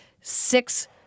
six